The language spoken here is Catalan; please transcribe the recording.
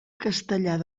castellar